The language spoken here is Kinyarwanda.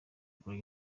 akora